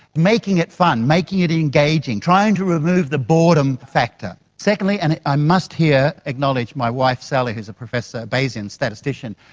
making it fun, making it engaging, trying to remove the boredom factor secondly, and i must here acknowledge my wife sally who is a professor, a bayesian statistician.